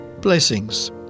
blessings